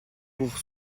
pour